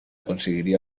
conseguiría